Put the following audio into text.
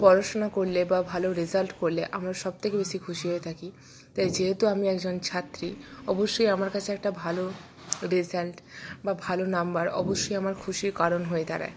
পড়াশোনা করলে বা ভালো রেজাল্ট করলে আমার সবথেকে বেশি খুশি হয়ে থাকি তাই যেহেতু আমি একজন ছাত্রী অবশ্যই আমার কাছে একটা ভালো রেজাল্ট বা ভালো নম্বর অবশ্যই আমার খুশির কারণ হয়ে দাঁড়ায়